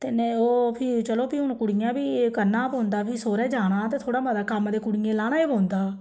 ते नेई ओह् फ्ही चलो कुड़ियें गी बी करना गै पौंदा सौरे जाना ते थोहडा मता कम्म ते कुड़ियें गी लाना गै पौंदा